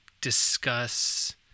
discuss